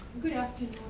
good afternoon,